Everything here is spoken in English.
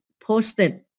posted